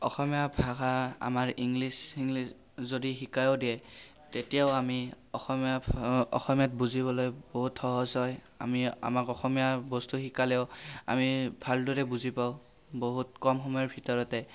অসমীয়া ভাষা আমাৰ English Hinglish যদি শিকায়ো দিয়ে তেতিয়াও আমি অসমীয়া অসমীয়াত বুজিবলৈ বহুত সহজ হয় আমি আমাক অসমীয়া বস্তু শিকালেও আমি ভালদৰে বুজি পাওঁ বহুত কম সময়ৰ ভিতৰতে